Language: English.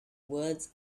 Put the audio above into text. words